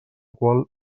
qual